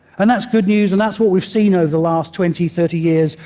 and that's good news, and that's what we've seen over the last twenty, thirty years,